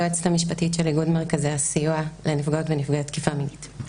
אני עורכת הדין של איגוד מרכזי הסיוע לנפגעות ונפגעי תקיפה מינית.